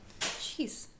Jeez